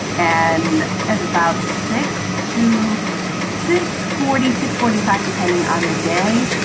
and at about six to six forty six, forty five, depending on the day,